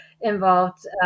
involved